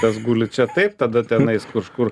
tas guli čia taip tada tenais kažkur